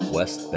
West